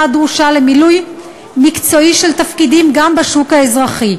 הדרושה למילוי מקצועי של תפקידים גם בשוק האזרחי.